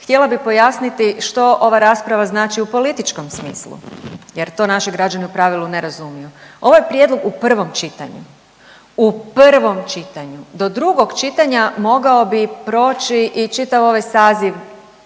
Htjela bi pojasniti što ova rasprava znači u političkom smislu jer to naši građani u pravilu ne razumiju. Ovo je prijedlog u prvom čitanju, u prvom čitanju, do drugog čitanja mogao bi proći i čitav ovaj saziv